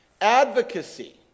Advocacy